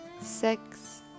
six